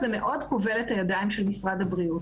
זה מאוד כובל את הידיים של משרד הבריאות.